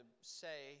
say